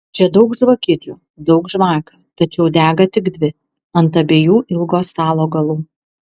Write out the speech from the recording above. čia daug žvakidžių daug žvakių tačiau dega tik dvi ant abiejų ilgo stalo galų